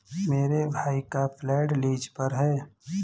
मेरे भाई का फ्लैट लीज पर है